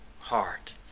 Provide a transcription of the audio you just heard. heart